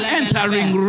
entering